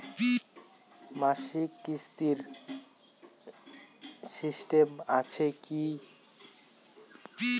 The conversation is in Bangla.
মাসিক কিস্তির সিস্টেম আছে কি?